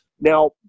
Now